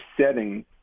setting